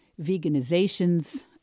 veganizations